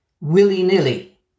Willy-nilly